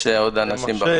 יש עוד אנשים,